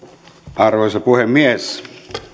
arvoisa puhemies